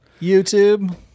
YouTube